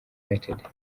united